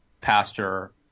pastor